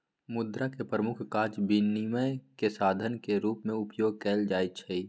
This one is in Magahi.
मुद्रा के प्रमुख काज विनिमय के साधन के रूप में उपयोग कयल जाइ छै